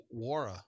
WARA